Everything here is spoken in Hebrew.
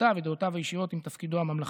השקפותיו ודעותיו האישיות עם תפקידו הממלכתי.